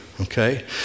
okay